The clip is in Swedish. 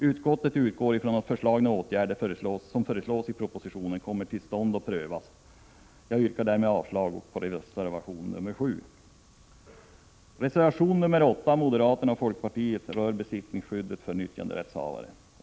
Utskottet utgår ifrån att de åtgärder som föreslås i propositionen kommer till stånd och prövas. Jag yrkar avslag på reservation 7. Reservation 8 av moderaterna, folkpartiet och centern gäller besittningsskyddet för nyttjanderättshavare.